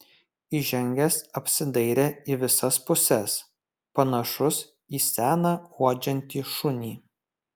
įžengęs apsidairė į visas puses panašus į seną uodžiantį šunį